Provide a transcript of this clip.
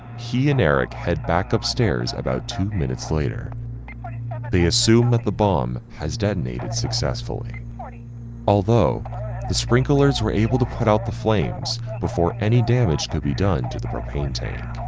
he and eric head back upstairs about two minutes later they assume that the bomb has detonated successfully although the sprinklers were able to put out the flames before any damage to be done to the propane tank.